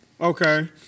Okay